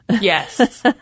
Yes